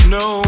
no